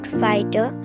fighter